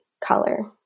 color